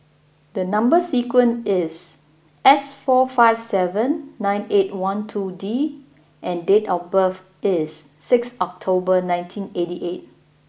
the number sequence is S four five seven nine eight one two D and date of birth is six October nineteen eighty eight